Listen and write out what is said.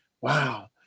Wow